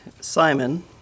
Simon